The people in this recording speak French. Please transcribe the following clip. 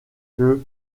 que